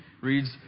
reads